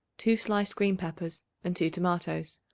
two sliced green peppers and two tomatoes,